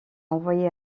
envoyée